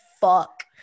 fuck